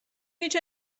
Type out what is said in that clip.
هیچ